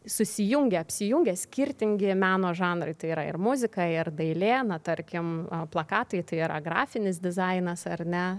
susijungia apsijungia skirtingi meno žanrai tai yra ir muzika ir dailė na tarkim plakatai tai yra grafinis dizainas ar ne